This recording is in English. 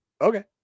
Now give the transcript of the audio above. okay